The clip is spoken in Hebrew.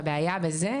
הבעיה בזה,